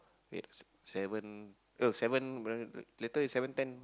wait seven oh seven later is seven ten